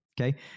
Okay